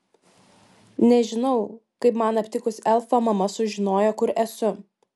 nežinau kaip man aptikus elfą mama sužinojo kur esu